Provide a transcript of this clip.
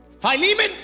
Philemon